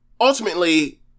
ultimately